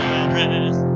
address